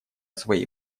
своей